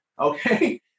Okay